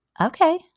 Okay